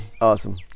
Awesome